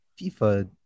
FIFA